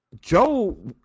Joe